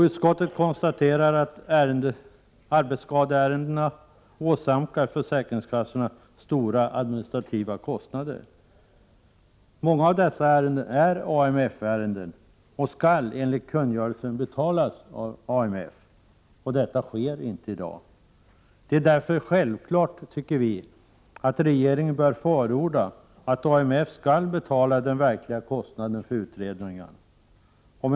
Utskottet konstaterar att arbetsskadeärendena åsamkar försäkringskassorna stora administrativa kostnader. Många av dessa ärenden är AMF-ärenden och skall enligt kungörelsen betalas av AMF. Så sker inte i dag. Vi tycker därför att det är självklart att regeringen förordar att AMF skall betala den verkliga kostnaden för utredningarna.